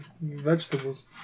vegetables